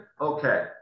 okay